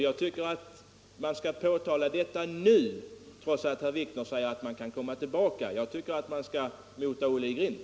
Jag tycker att det skall påtalas redan nu så att vi kan mota Olle i grind.